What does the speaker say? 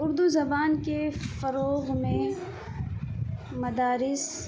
اردو زبان کے فروغ میں مدارس